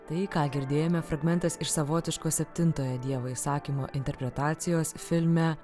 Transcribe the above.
tai ką girdėjome fragmentas iš savotiško septintojo dievo įsakymo interpretacijos filme